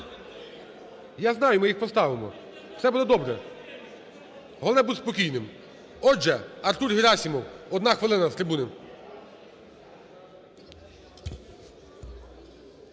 Я знаю, ми їх поставимо. Все буде добре. Головне – бути спокійним. Отже, Артур Герасимов. Одна хвилина. З трибуни.